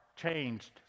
changed